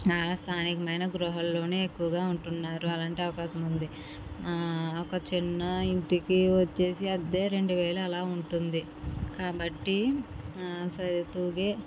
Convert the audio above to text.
స్థానికమైన గృహాల్లోనే ఎక్కువగా ఉంటున్నారు అలాంటి అవకాశం ఉంది ఒక చిన్న ఇంటికి వచ్చేసి అద్దె రెండు వేలు అలా ఉంటుంది కాబట్టి సరితూగే